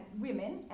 women